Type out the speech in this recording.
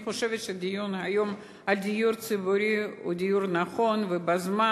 אני חושבת שהדיון היום על דיור ציבורי הוא דיון נכון ובזמן.